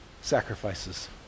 sacrifices